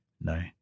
No